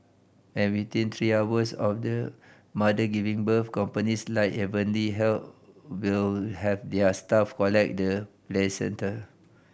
and within three hours of the mother giving birth companies like Heavenly Health will have their staff collect the placenta